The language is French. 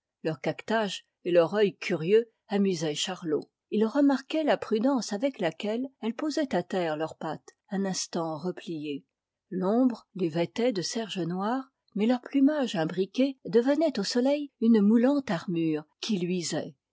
leur caquetage et leur œil curieux amusaient charlot il remarquait la prudence avec laquelle elles posaient à terre leur patte un instant repliée l'ombre les vêtait de serge noire mais leur plumage imbriqué devenait au soleil une moulante armure qui luisait